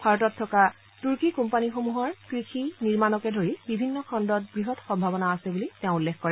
ভাৰতত থকা তুৰ্কী কোম্পানীসমূহৰ কৃষি নিৰ্মাণকে ধৰি বিভিন্ন খণ্ডত বৃহৎ সম্ভাৱনা আছে বুলি তেওঁ উল্লেখ কৰে